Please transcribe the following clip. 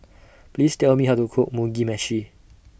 Please Tell Me How to Cook Mugi Meshi